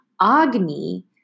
Agni